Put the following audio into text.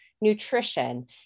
nutrition